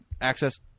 access